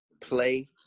play